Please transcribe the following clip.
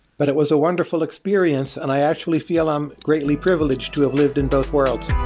but it was a wonderful experience, and i actually feel i'm greatly privileged to have lived in both worlds.